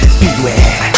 beware